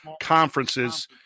conferences